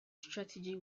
strategy